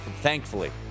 Thankfully